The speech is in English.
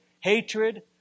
hatred